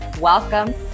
welcome